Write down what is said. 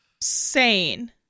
sane